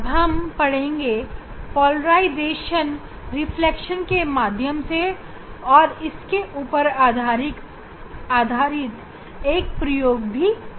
अब हम रिफ्लेक्शन के माध्यम से पोलराइजेशन पढ़ेंगे और इसके ऊपर आधारित एक प्रयोग भी करेंगे